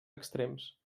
extrems